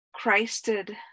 Christed